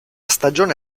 stagione